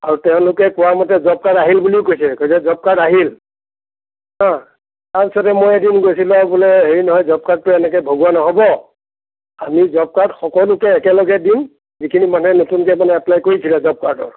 আৰু তেওঁলোকে কোৱা মতে জবকাৰ্ড আহিল বুলিও কৈছে কৈছে জবকাৰ্ড আহিল তাৰ পিছতহে মই এদিন গৈছিলোঁ বোলে হেৰি নহয় জবকাৰ্ডটো এনেকে ভগোৱা নহ'ব আমি জবকাৰ্ড সকলোকে একেলগে দিওঁ যিখিনি মানুহে নতুনকে মানে এপ্লাই কৰিছিলে জবকাৰ্ডৰ